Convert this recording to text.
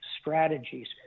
strategies